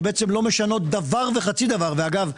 שבעצם לא משנות דבר וחצי דבר - ואגב,